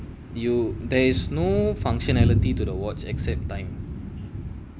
you there is no functionality to the watch except time